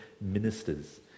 ministers